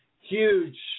huge